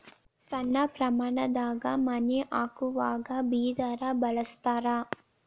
ಸಣ್ಣ ಪ್ರಮಾಣದಾಗ ಮನಿ ಹಾಕುವಾಗ ಬಿದರ ಬಳಸ್ತಾರ